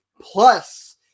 plus